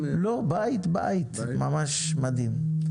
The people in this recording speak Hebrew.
לא, בית בית, ממש מדהים.